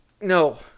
no